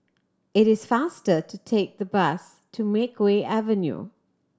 it is faster to take the bus to Makeway Avenue